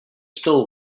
still